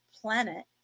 planet